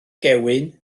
gewyn